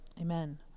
Amen